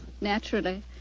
Naturally